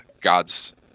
God's